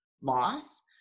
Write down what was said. loss